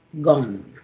gone